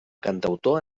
cantautor